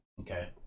Okay